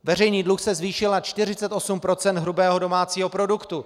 Veřejný dluh se zvýšil na 48 % hrubého domácího produktu.